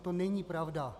To není pravda.